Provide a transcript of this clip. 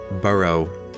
burrow